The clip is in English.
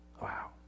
Wow